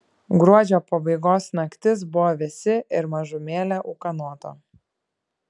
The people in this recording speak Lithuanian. gruodžio pabaigos naktis buvo vėsi ir mažumėlę ūkanota